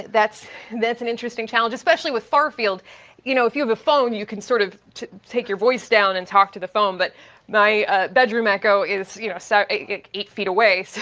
that's that's an interesting challenge especially with far field, you know if you have a phone, you can sort of take your voice down and talk to the phone but my bedroom echo is you know so eight eight feet away, so